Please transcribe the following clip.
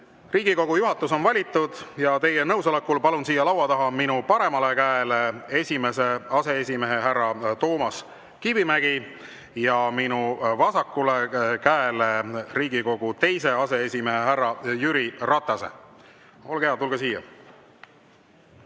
Riigikogu juhatus on valitud ja teie nõusolekul palun siia laua taha minu paremale käele esimese aseesimehe härra Toomas Kivimägi ja minu vasakule käele Riigikogu teise aseesimehe härra Jüri Ratase. Olge head, tulge siia!